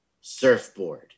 surfboard